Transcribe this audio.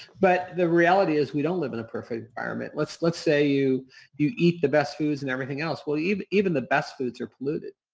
but the reality is we don't live in a perfect environment. let's let's say you you eat the best foods and everything else. well, even even the best foods are polluted.